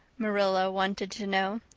marilla wanted to know.